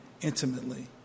intimately